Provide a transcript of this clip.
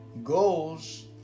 Goals